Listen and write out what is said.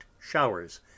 showers